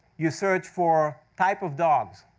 you search for, type of dogs,